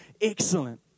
Excellent